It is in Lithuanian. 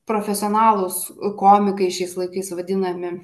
profesionalūs komikai šiais laikais vadinami